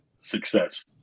success